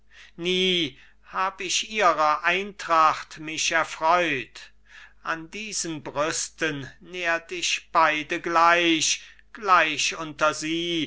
nie hab ich ihrer eintracht mich erfreut an diesen brüsten nährt ich beide gleich gleich unter sie